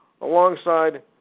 alongside